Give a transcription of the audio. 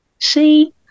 see